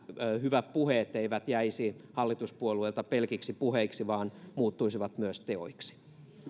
hyvät puheet eivät jäisi hallituspuolueilta pelkiksi puheiksi vaan muuttuisivat myös teoiksi